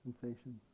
sensations